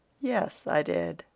yes, i did.